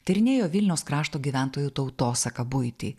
tyrinėjo vilniaus krašto gyventojų tautosaką buitį